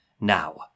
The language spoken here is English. Now